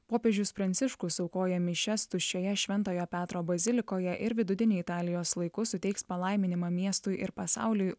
popiežius pranciškus aukoja mišias tuščioje šventojo petro bazilikoje ir vidudienį italijos laiku suteiks palaiminimą miestui ir pasauliui